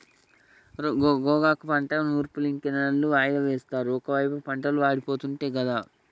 గోగాకు పంట నూర్పులింకెన్నాళ్ళు వాయిదా వేస్తావు ఒకైపు పంటలు వాడిపోతుంది గదా